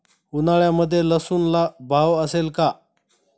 उन्हाळ्यामध्ये लसूणला भाव असेल का?